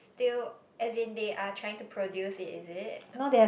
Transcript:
still as in they are trying to produce it is it